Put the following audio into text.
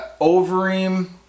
Overeem